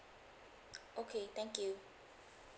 okay thank you